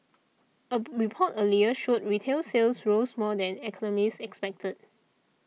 a report earlier showed retail sales rose more than economists expected